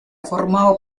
formado